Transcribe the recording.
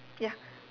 ya